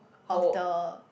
of the